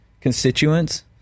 constituents